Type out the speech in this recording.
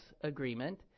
Agreement